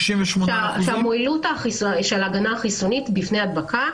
המועילות של ההגנה החיסונית בפני הדבקה,